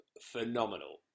phenomenal